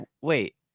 wait